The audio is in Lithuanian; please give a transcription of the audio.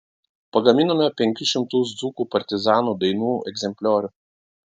pagaminome penkis šimtus dzūkų partizanų dainų egzempliorių